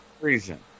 reason